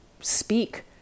Speak